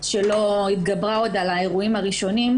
שלא התגברה עדיין על האירועים הראשונים,